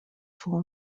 full